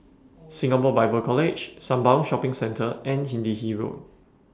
Singapore Bible College Sembawang Shopping Centre and Hindhede Road